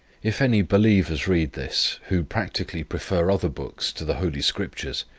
if any believers read this, who practically prefer other books to the holy scriptures,